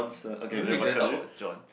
or maybe we should just talk about John